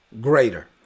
Greater